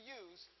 use